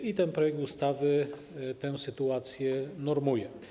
I ten projekt ustawy tę sytuację normuje.